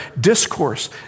discourse